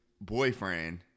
boyfriend